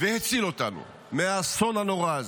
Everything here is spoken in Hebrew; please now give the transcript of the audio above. והציל אותנו מהאסון הנורא הזה.